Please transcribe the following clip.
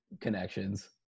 connections